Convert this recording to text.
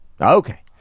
Okay